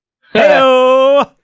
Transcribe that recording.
Hello